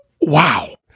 Wow